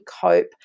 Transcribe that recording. cope